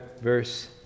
verse